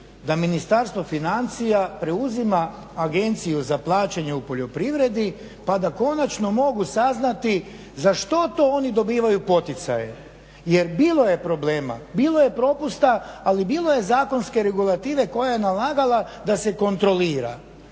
da Ministarstvo financija preuzima Agenciju za plaćanje u poljoprivredi pa da konačno mogu saznati za što to oni dobivaju poticaje jer bilo je problema, bilo je propusta ali bilo je zakonske regulative koja je nalagala da se kontrolira.